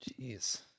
jeez